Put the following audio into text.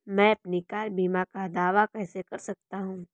मैं अपनी कार बीमा का दावा कैसे कर सकता हूं?